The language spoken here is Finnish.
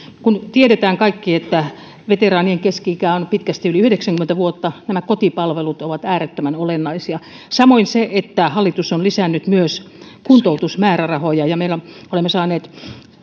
kun tiedämme kaikki että veteraanien keski ikä on pitkästi yli yhdeksänkymmentä vuotta nämä kotipalvelut ovat äärettömän olennaisia samoin se että hallitus on myös lisännyt kuntoutusmäärärahoja me olemme saaneet